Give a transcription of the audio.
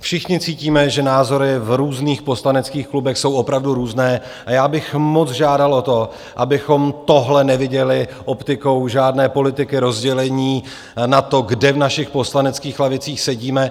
Všichni cítíme, že názory v různých poslaneckých klubech jsou opravdu různé, a já bych moc žádal o to, abychom tohle neviděli optikou žádné politiky rozdělení na to, kde v našich poslaneckých lavicích sedíme.